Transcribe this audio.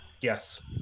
Yes